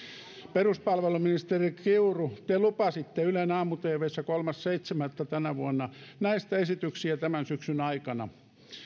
peruspalveluministeri kiuru te lupasitte ylen aamu tvssä kolmas seitsemättä tänä vuonna näistä esityksiä tämän syksyn aikana